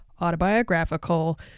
autobiographical